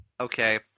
Okay